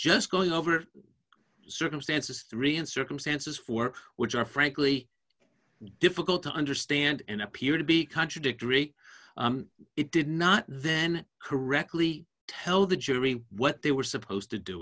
just going over circumstances three and circumstances four which are frankly difficult to understand and appear to be contradictory it did not then correctly tell the jury what they were supposed to do